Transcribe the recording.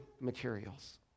materials